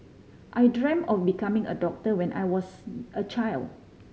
I dreamt of becoming a doctor when I was a child